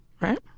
Right